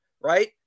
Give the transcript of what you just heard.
right